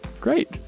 great